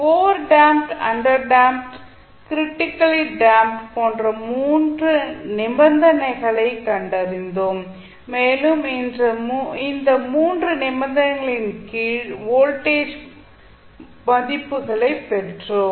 over damped under damped critically damped போன்ற 3 நிபந்தனைகளைக் கண்டறிந்தோம் மேலும் இந்த 3 நிபந்தனைகளின் கீழ் 3 வோல்டேஜ் மதிப்புகளை பெற்றோம்